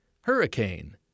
hurricane